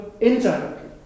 indirectly